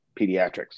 pediatrics